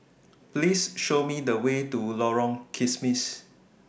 Please Show Me The Way to Lorong Kismis